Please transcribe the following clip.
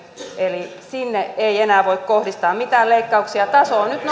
eli sinne ei enää voi kohdistaa mitään leikkauksia taso on nyt nolla